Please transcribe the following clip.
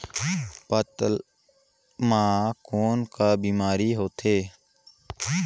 पातल म कौन का बीमारी होथे?